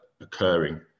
occurring